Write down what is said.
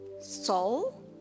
soul